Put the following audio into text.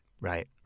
right